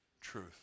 Truth